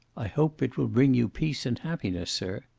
i hope it will bring you peace and happiness, sir.